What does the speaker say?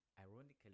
Ironically